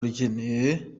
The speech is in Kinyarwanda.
rukeneye